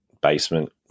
basement